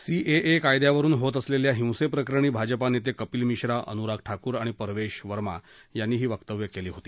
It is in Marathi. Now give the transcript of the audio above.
सीएए कायद्यावरुन होत असलेल्या हिंसेप्रकरणी भाजप नेते कपिल मिश्रा अनुराग ठाकूर आणि परवेश वर्मा यांनी ही वक्तव्य केली होती